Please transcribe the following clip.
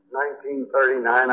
1939